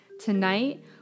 Tonight